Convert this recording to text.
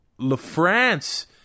LaFrance